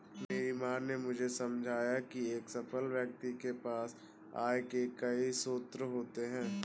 मेरी माँ ने मुझे समझाया की एक सफल व्यक्ति के पास आय के कई स्रोत होते हैं